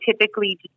typically